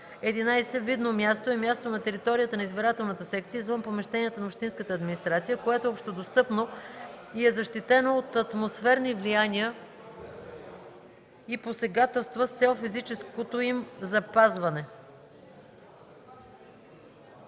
11. „Видно място” е място на територията на избирателната секция, извън помещенията на общинската администрация, което е общодостъпно и е защитено от атмосферни влияния и посегателства с цел физическото им запазване.